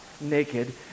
naked